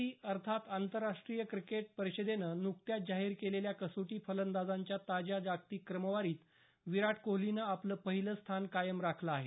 C अर्थात आंतरराष्ट्रीय cricket परिषदेनं नुकत्याच जाहीर केलेल्या कसोटी फलंदाजांच्या ताज्या जागतिक क्रमवारीत विराट कोहलीनं आपलं पहिलं स्थान कायम राखलं आहे